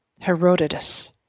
Herodotus